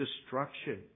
destruction